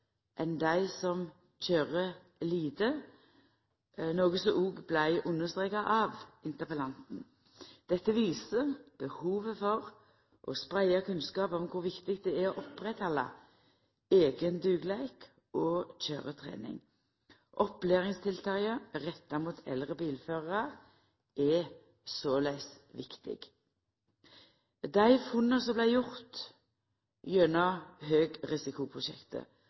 enn dei som køyrer lite, noko som også vart understreka av interpellanten. Dette viser behovet for å spreia kunnskap om kor viktig det er å oppretthalda eigen dugleik og eiga køyretrening. Opplæringstiltak retta mot eldre bilførarar er såleis viktig. Dei funna som vart gjorde gjennom høgrisikoprosjektet,